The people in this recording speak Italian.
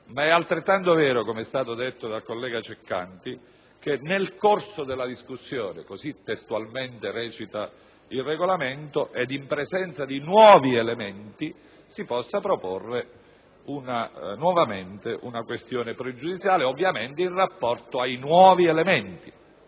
ma è altrettanto vero, come è stato detto dal collega Ceccanti, che «nel corso della discussione» - così testualmente recita il Regolamento - ed in presenza di nuovi elementi, si può nuovamente proporre una questione pregiudiziale, ovviamente in rapporto a tali nuovi elementi.